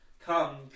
Come